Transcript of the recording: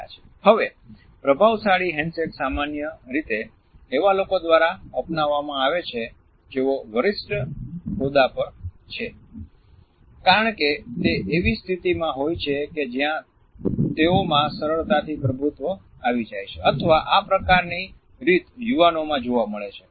હવે પ્રભાવશાળી હેન્ડશેક સામાન્ય રીતે એવા લોકો દ્વારા અપનાવવામાં આવે છે જેઓ વરિષ્ઠ હોદ્દા પર હોય છે કારણ કે તે એવી સ્થિતિમાં હોય છે કે જ્યાં તેઓમાં સરળતાથી પ્રભુત્વ આવી જાય છે અથવા આ પ્રકારની રીત યુવાનોમાં જોવા મળે છે